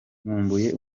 nkumbuye